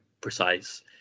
precise